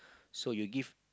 so you give